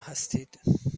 هستید